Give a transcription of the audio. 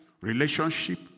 relationship